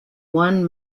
one